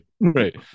Right